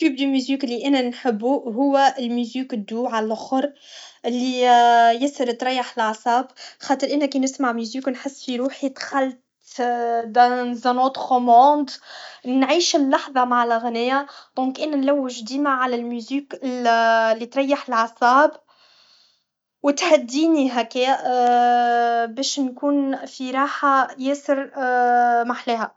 تيب دو ميزيك لي انا نحبو هولميزيك الدو علخر لياسر تريح الاعصاب خاطر انا كي نسمع ميزيك نحس في روحي دخلت دون ان اوتخ موند نعيش اللحظة مع الاغنية دونكانا نلوج ديما على ميزيك لي تريح الاعصاب و تهديني هكايا باش نكون في راحة ياسر محلاها